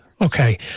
Okay